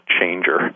changer